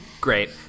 Great